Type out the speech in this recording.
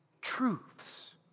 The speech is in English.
truths